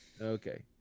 Okay